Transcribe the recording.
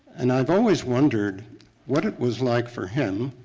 and i've always wondered what it was like for him,